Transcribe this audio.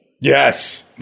yes